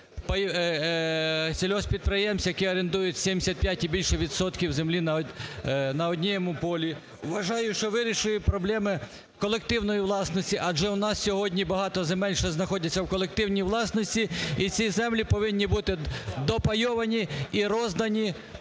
сільгосппідприємств, які орендують 75 і більше відсотків землі на одному полі. Вважаю, що вирішує проблеми колективної власності. Адже у нас сьогодні багато земель, ще знаходяться в колективній власності і ці землі повинні бути допайовані і роздані